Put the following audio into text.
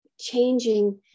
changing